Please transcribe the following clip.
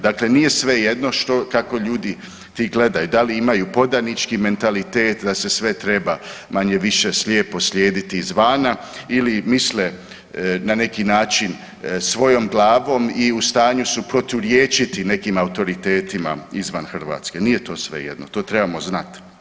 Dakle, nije svejedno kako ljudi ti gledaju, da li imaju podanički mentalitet da se sve treba manje-više slijepo slijediti izvana ili misle na neki način svojom glavom i u stanju su proturječiti nekim autoritetima izvan Hrvatske, nije to svejedno, to trebamo znat.